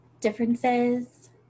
differences